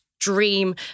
Dream